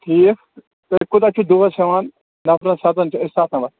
ٹھیٖک تُہۍ کوٗتاہ چھِ دۄہس ہٮ۪وان نَفَرن سَتَن چھِ أسۍ